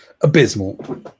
Abysmal